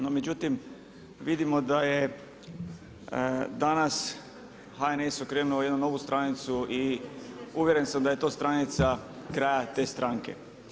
No međutim, vidimo da je danas HNS okrenuo jednu novu stranicu i uvjeren sam da je to stranica kraja te stranke.